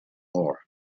mora